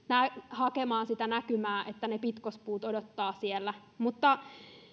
hakemaan sitä näkymää että ne pitkospuut odottavat siellä mutta